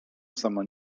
sama